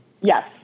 Yes